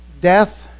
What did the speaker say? death